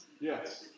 Yes